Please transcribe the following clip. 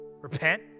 Repent